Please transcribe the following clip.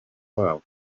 wabo